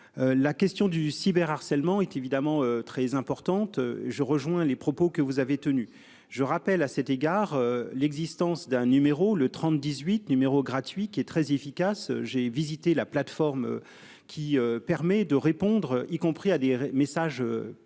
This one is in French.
La question du cyber harcèlement est évidemment très importante. Je rejoins les propos que vous avez tenus. Je rappelle à cet égard, l'existence d'un numéro le 30 18, numéro gratuit, qui est très efficace, j'ai visité la plateforme. Qui permet de répondre y compris à des messages de